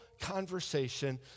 conversation